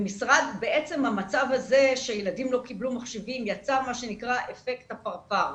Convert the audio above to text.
בעצם המצב הזה שילדים לא קיבלו מחשבים יצר מה שנקרא אפקט הפרפר.